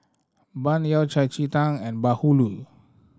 Bun Yao Cai Ji Tang and Bahulu